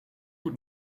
moet